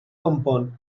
compon